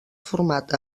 format